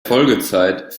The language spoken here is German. folgezeit